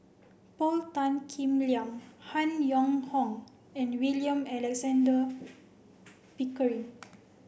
Paul Tan Kim Liang Han Yong Hong and William Alexander Pickering